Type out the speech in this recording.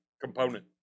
component